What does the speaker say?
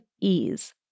ease